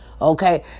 Okay